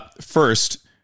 First